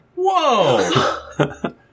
Whoa